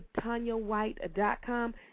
TanyaWhite.com